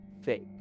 fake